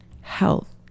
health